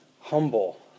humble